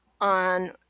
on